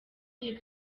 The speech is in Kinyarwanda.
iyi